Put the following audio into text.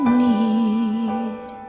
need